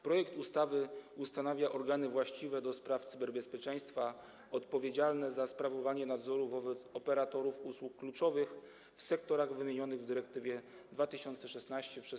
Projekt ustawy ustanawia organy właściwe ds. cyberbezpieczeństwa, odpowiedzialne za sprawowanie nadzoru wobec operatorów usług kluczowych w sektorach wymienionych w dyrektywie 2016/1148.